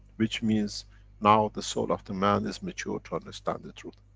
which means now the soul of the man is mature, to understand the truth.